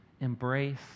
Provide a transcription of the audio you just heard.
embrace